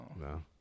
No